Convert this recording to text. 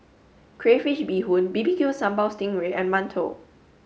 Crayfish Beehoon B B Q Sambal sting ray and Mantou